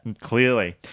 Clearly